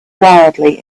wildly